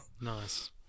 nice